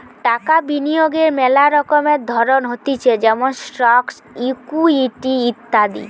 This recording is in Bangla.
টাকা বিনিয়োগের মেলা রকমের ধরণ হতিছে যেমন স্টকস, ইকুইটি ইত্যাদি